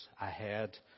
ahead